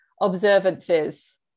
observances